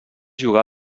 jugà